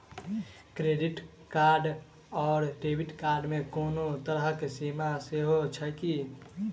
Credit card आओर debit card मे कोनो तरहक सीमा सेहो छैक की?